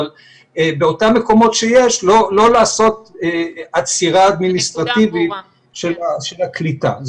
אבל באותם מקומות שיש לא לעשות עצירה אדמיניסטרטיבית של הקליטה.